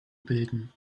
bilden